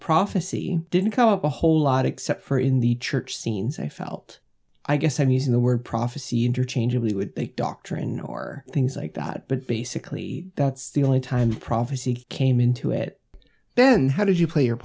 prophecy didn't come up a whole lot except for in the church scenes i felt i guess i'm using the word prophecy interchangeably with doctrine or things like that but basically that's the only time prophecy came into it then how did you play